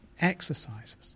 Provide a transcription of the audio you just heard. exercises